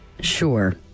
sure